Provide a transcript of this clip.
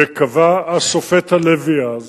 קבע השופט הלוי אז,